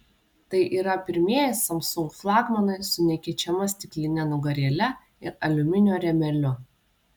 tai yra pirmieji samsung flagmanai su nekeičiama stikline nugarėle ir aliuminio rėmeliu